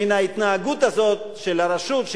שמן ההתנהגות הזאת של הרשות,